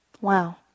Wow